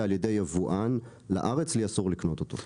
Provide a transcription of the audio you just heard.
על ידי יבואן לארץ לי אסור לקנות אותו.